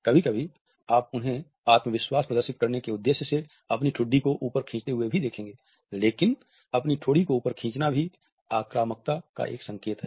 कभी कभी आप उन्हें आत्मविश्वास प्रदर्शित करने के उद्देश्य से अपनी ठुड्डी को ऊपर खींचते हुए भी देखेंगे लेकिन अपनी ठोड़ी को ऊपर खींचना भी आक्रामकता का एक संकेत है